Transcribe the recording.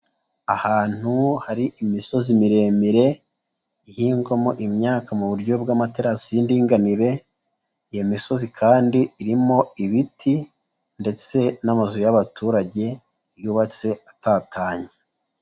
Ahantu hari imisozi miremire ihingwamo imyaka mu buryo bw'amaterasi y'indinganire, iyo misozi kandi irimo ibiti ndetse n'amazu y'abaturage yubatse atatanye.